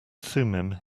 thummim